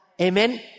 Amen